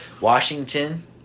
Washington